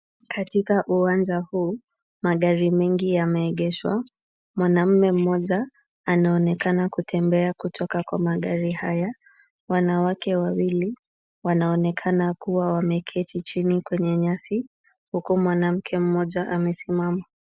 Katika uwanja huu, magari mingi yameegeshwa. Mwanaume mmoja anaonekana kutembea kutoka kwa magari haya. Wanawake wawili wanaonekana kuketi chini kwenye nyasi huku mwanamke mmoja amesimama.